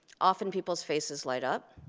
often people's faces light up.